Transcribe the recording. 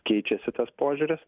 keičiasi tas požiūris